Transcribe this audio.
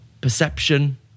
Perception